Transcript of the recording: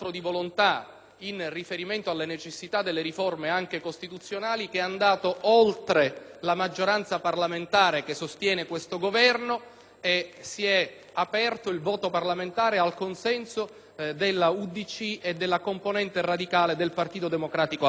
in riferimento alle necessità di riforme anche costituzionali, che è andato oltre la maggioranza parlamentare che sostiene questo Governo, aprendosi il voto parlamentare al consenso dell'UDC e della componente radicale del Partito Democratico alla Camera.